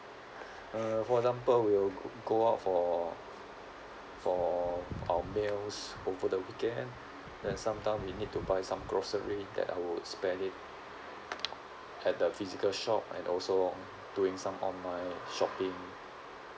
uh for example we'll go go out for for our meals over the weekend then sometimes we need to buy some grocery that I would spend it at the physical shop and also doing some online shopping